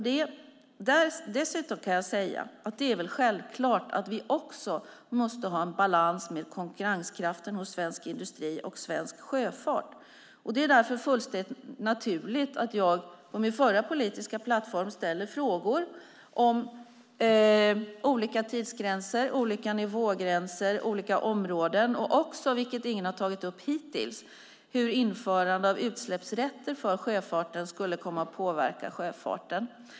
Dessutom kan jag säga att det är självklart att vi också måste ha en balans med konkurrenskraften hos svensk industri och svensk sjöfart. Det är därför fullständigt naturligt att jag på min förra politiska plattform ställde frågor om olika tidsgränser, nivågränser och områden samt, vilket ingen har tagit upp hittills, hur införande av utsläppsrätter för sjöfarten skulle komma att påverka sjöfarten.